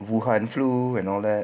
wuhan flu and all that